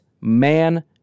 man